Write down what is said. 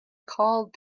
called